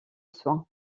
soins